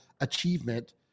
achievement